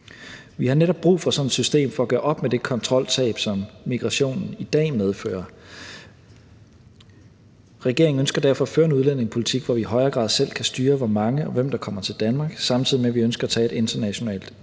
Vi har netop brug for sådan et system for at gøre op med det kontroltab, som migrationen i dag medfører. Regeringen ønsker derfor at føre en udlændingepolitik, hvor vi i højere grad selv kan styre, hvor mange og hvem der kommer til Danmark, samtidig med at vi ønsker at tage et internationalt ansvar.